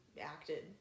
acted